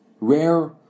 rare